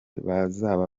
bazaba